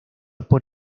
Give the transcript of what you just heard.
por